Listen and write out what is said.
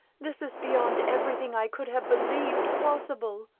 this is beyond every thing i could have believed possible.